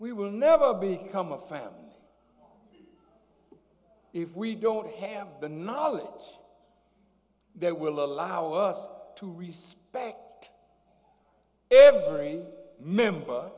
we will never become a fan if we don't have the knowledge that will allow us to respect every member